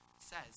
says